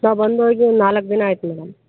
ನಾವು ಬಂದ್ಹೋಗಿ ಒಂದು ನಾಲ್ಕು ದಿನ ಆಯ್ತು ಮೇಡಮ್